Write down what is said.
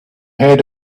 head